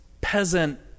peasant